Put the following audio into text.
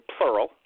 plural